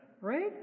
Right